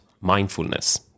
mindfulness